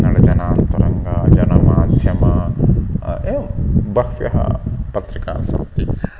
नडजनान्तरङ्गं जनमाध्यमम् एवं बह्व्यः पत्रिकाः सन्ति